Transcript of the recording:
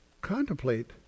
Contemplate